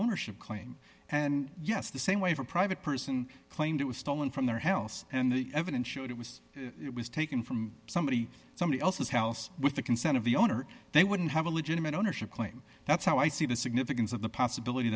ownership claim and yes the same way for a private person claimed it was stolen from their health and the evidence showed it was it was taken from somebody somebody else's house with the consent of the owner they wouldn't have a legitimate ownership claim that's how i see the significance of the possibility